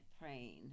praying